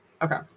Okay